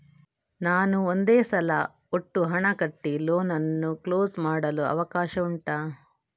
ನಾನು ಒಂದೇ ಸಲ ಒಟ್ಟು ಹಣ ಕಟ್ಟಿ ಲೋನ್ ಅನ್ನು ಕ್ಲೋಸ್ ಮಾಡಲು ಅವಕಾಶ ಉಂಟಾ